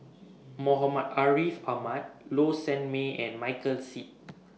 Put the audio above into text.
Muhammad Ariff Ahmad Low Sanmay and Michael Seet